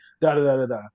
da-da-da-da-da